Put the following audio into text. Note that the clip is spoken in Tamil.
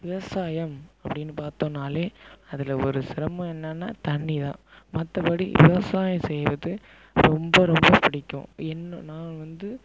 விவசாயம் அப்படின்னு பார்த்தோம்னாலே அதில் ஒரு சிரமம் என்னன்னா தண்ணி தான் மற்றபடி விவசாயம் செய்கிறது ரொம்ப ரொம்ப பிடிக்கும் என்ன நான் வந்து